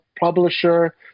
publisher